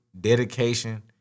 dedication